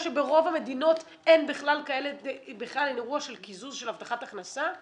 אתה יודע שברוב המדינות אין בכלל אירוע של קיזוז הבטחת הכנסה,